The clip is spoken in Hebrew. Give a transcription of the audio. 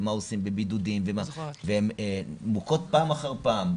ומה עושים בבידודים הן מוכות פעם אחר פעם.